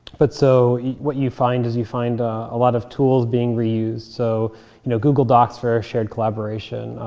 but so what you find is, you find a lot of tools being reused. so you know google docs for shared collaboration,